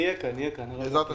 בעזרת השם.